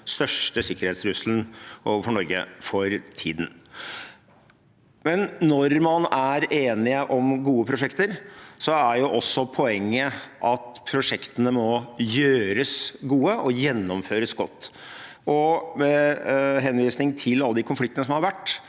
største sikkerhetstrusselen mot Norge for tiden. Men når man er enige om gode prosjekter, er også poenget at prosjektene må gjøres gode og gjennomføres godt. Med henvisning til alle de konfliktene som har vært,